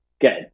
good